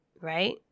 right